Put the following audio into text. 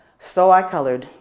so i colored,